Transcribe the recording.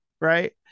right